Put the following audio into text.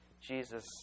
Jesus